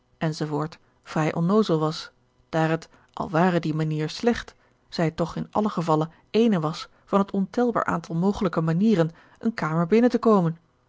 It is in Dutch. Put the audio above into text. enz vrij onnoozel was daar het al ware die manier slecht zij toch in alle geval ééne was van het ontelbaar aantal mogelijke manieren eene kamer binnen te komen